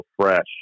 fresh